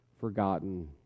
forgotten